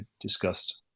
discussed